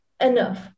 enough